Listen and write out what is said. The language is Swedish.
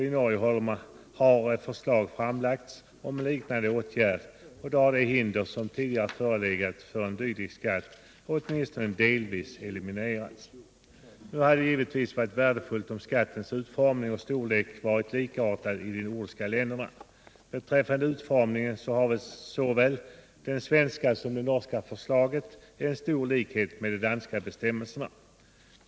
I Norge har det framlagts förslag om liknande åtgärder, och då har de hinder som tidigare förelegat för dylik skatt åtminstone delvis eliminerats. Det hade givetvis varit värdefullt om skattens utformning och storlek varit likartad i de nordiska länderna. När det gäller utformningen har såväl det svenska som det norska förslaget stor likhet med de danska bestämmelserna.